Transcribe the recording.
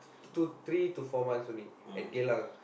two three to four months only at Geylang